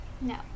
No